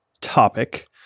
topic